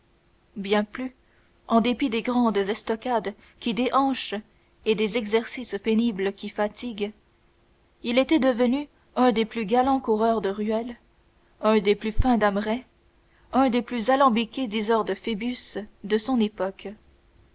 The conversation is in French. bien plus en dépit des grandes estocades qui déhanchent et des exercices pénibles qui fatiguent il était devenu un des plus galants coureurs de ruelles un des plus fins damerets un des plus alambiqués diseurs de phébus de son époque